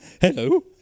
Hello